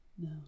no